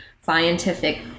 Scientific